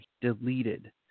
deleted